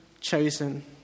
chosen